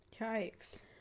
Yikes